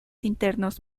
internos